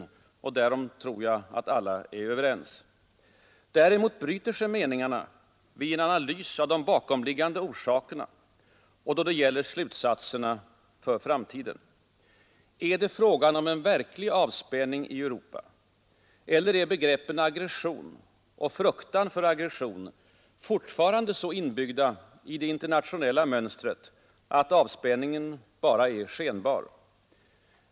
Därom tror jag att alla är överens. Däremot bryter sig meningarna vid en analys av de bakomliggande orsakerna och då det gäller slutsatserna för framtiden. Är det fråga om verklig avspänning i Europa? Eller är begreppen aggression och fruktan för aggression fortfarande så inbyggda i det internationella mönstret, att avspänningen bara är skenbar?